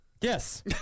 Yes